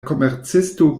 komercisto